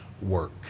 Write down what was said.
work